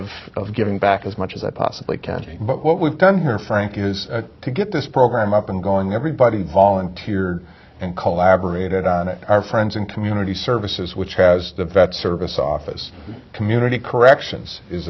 of giving back as much as i possibly can what we've done here frank is to get this program up and going everybody volunteered and collaborated on our friends and community services which has the vets service office community corrections is